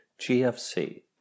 GFC